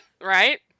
Right